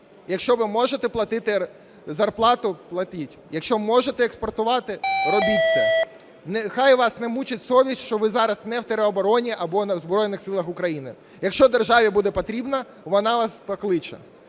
Якщо ви можете платити зарплату – платіть, якщо можете експортувати – робіть це. Нехай вас не мучить совість, що ви зараз не в теробороні або в Збройних Силах України, якщо державі буде потрібно, вона вас покличе.